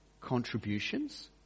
contributions